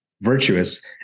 virtuous